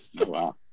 Wow